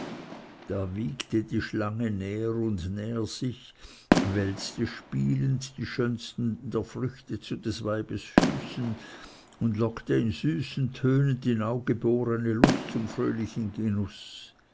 da wiegte die schlange näher und näher sich wälzte spielend die schönsten der früchte zu des weibes füßen und lockte in süßen tönen die neu geborne lust zum fröhlichen genuß